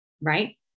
Right